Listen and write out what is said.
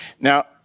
Now